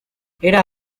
era